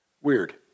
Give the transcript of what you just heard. weird